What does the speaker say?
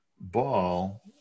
ball